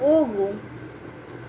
ಹೋಗು